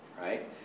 right